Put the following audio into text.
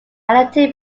atlanta